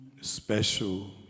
special